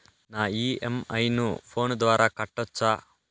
నా ఇ.ఎం.ఐ ను ఫోను ద్వారా కట్టొచ్చా?